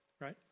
right